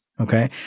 okay